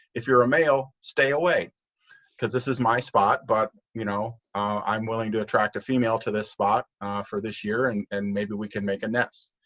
if you're a male stay away a because this is my spot. but you know i'm willing to attract a female to this spot for this year and and maybe we can make a nest.